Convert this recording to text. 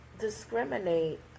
discriminate